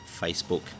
facebook